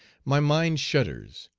my mind shudders,